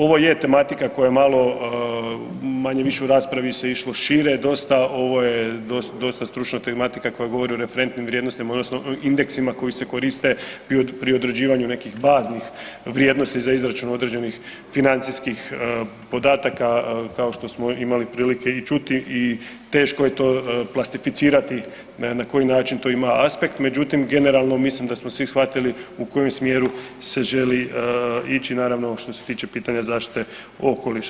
Ovo je tematika koja je malo manje-više u raspravi se išlo šire dosta, ovo je dosta stručna tematika koja govori o referentnim vrijednostima odnosno o indeksima koji se koriste pri određivanju nekih baznih vrijednosti za izračun određenih financijskih podataka kao što smo imali prilike i čuti i teško je to plastificirati na koji način to ima aspekt međutim generalno, mislim da smo svi shvatili u kojem smjeru se želi ići naravno što se tiče pitanja zaštite okoliša.